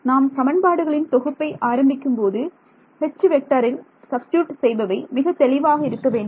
நாம் சமன்பாடுகளின் தொகுப்பை ஆரம்பிக்கும்போது Hல் சப்ஸ்டிட்யூட் செய்பவை மிகத்தெளிவாக இருக்க வேண்டும்